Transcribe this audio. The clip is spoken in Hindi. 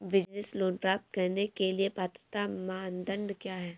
बिज़नेस लोंन प्राप्त करने के लिए पात्रता मानदंड क्या हैं?